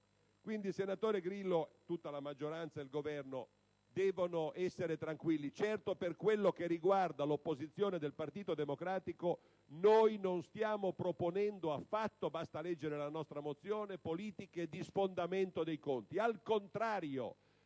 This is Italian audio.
Quindi, senatore Grillo, tutta la maggioranza e il Governo devono essere tranquilli: per quello che riguarda l'opposizione del Partito Democratico, noi non stiamo proponendo affatto - basta leggere la proposta di risoluzione - politiche di sfondamento dei conti.